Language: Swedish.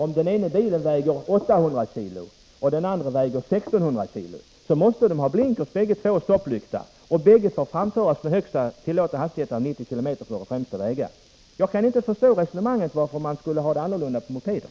Om den ena bilen väger 800 kg och den andra 1 600 kg, måste båda ha blinkrar och stopplykta och får framföras med en högsta tillåtna hastighet av 90 km/tim på de flesta vägar. Jag kan inte förstå anledningen till att det skall vara annorlunda för mopeder.